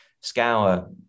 scour